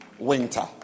Winter